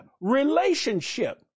relationship